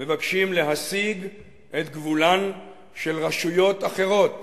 מבקשים להסיג את גבולן של רשויות אחרות